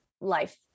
life